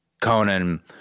Conan